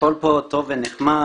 הכול פה טוב ונחמד.